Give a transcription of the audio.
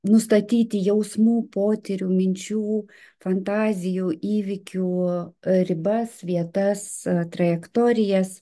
nustatyti jausmų potyrių minčių fantazijų įvykių ribas vietas trajektorijas